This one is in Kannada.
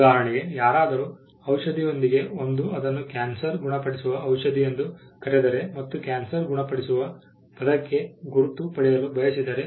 ಉದಾಹರಣೆಗೆ ಯಾರಾದರೂ ಔಷಧಿಯೊಂದಿಗೆ ಬಂದು ಅದನ್ನು ಕ್ಯಾನ್ಸರ್ ಗುಣಪಡಿಸುವ ಔಷಧಿ ಎಂದು ಕರೆದರೆ ಮತ್ತು ಕ್ಯಾನ್ಸರ್ ಗುಣಪಡಿಸುವ ಪದಕ್ಕೆ ಗುರುತು ಪಡೆಯಲು ಬಯಸಿದರೆ